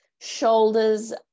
shoulders